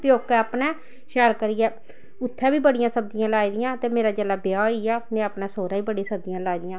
प्योकै अपने शैल करियै उत्थै बी बड़ियां सब्जियां लाई दियां ते मेरा जेल्लै ब्याह् होई गेआ में अपने सौह्रै बी बड़ी सब्जियां लाई दियां